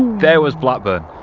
there was blackburn.